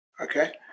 Okay